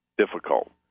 difficult